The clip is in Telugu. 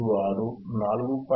56 4